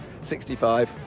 65